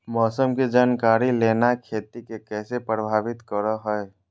मौसम के जानकारी लेना खेती के कैसे प्रभावित करो है?